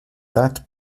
that